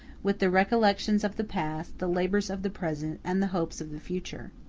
with the recollections of the past, the labors of the present, and the hopes of the future.